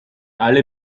alle